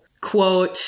Quote